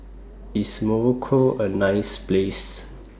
IS Morocco A nice Place